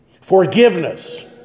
Forgiveness